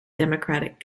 democratic